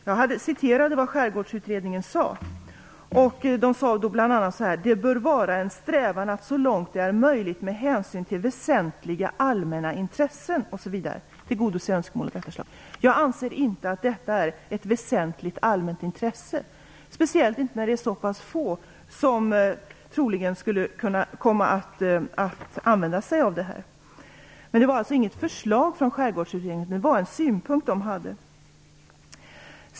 Jag återgav vad Skärgårdsutredningen sade: Det bör vara en strävan att så långt det är möjligt med hänsyn till väsentliga allmänna intressen att tillgodose önskemålet. Jag anser inte att detta är ett väsentligt allmänt intresse, speciellt inte när det är så pass få som troligen skulle kunna komma att använda sig av det. Men det var alltså inget förslag från Skärgårdsutredningen, bara en synpunkt.